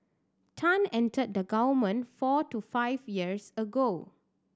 tan entered the government four to five years ago